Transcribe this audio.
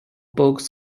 books